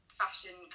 fashion